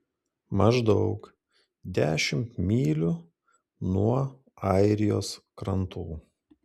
maždaug dešimt mylių nuo airijos krantų